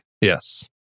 Yes